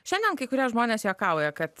šiandien kai kurie žmonės juokauja kad